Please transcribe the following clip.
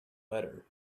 letter